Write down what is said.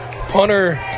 Punter